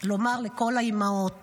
שיחזיר את לירי ואת כל החטופים הביתה.